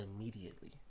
immediately